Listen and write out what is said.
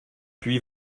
puis